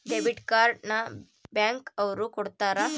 debit card ನ bank ಅವ್ರು ಕೊಡ್ತಾರ